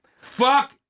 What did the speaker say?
Fuck